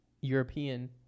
European